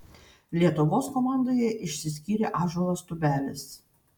lietuvos komandoje išsiskyrė ąžuolas tubelis